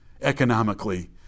economically